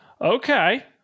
Okay